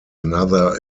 another